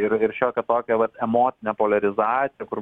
ir ir šiokia tokia vat emocinė poliarizacija kur